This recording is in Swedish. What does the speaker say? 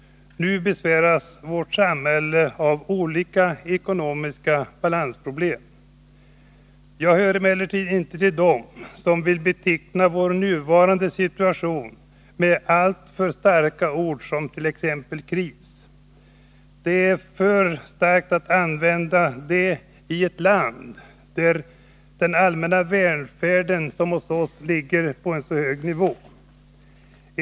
Nu besväras vårt samhälle av olika ekonomiska balansproblem. Jag hör emellertid inte till dem som vill beteckna vår nuvarande situation med alltför starka ord, som t.ex. kris. Det är ett för starkt ord i ett land där den allmänna välfärden ligger på en så hög nivå som hos oss.